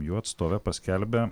jų atstovė paskelbė